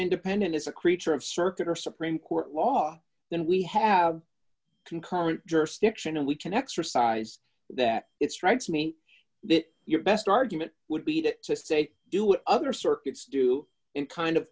independent is a creature of circuit or supreme court law then we have concurrent jurisdiction and we can exercise that it strikes me that your best argument would be to to say do what other circuits do in kind of